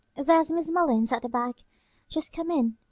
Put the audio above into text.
there's miss mullins, at the back just come in.